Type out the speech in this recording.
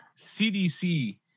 CDC